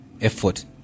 effort